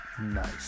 Nice